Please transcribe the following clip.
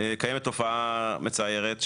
קיימת תופעה מצערת,